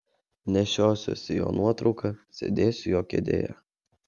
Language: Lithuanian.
nešiosiuosi jo nuotrauką sėdėsiu jo kėdėje